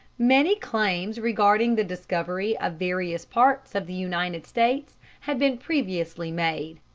many claims regarding the discovery of various parts of the united states had been previously made.